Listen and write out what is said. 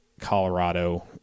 Colorado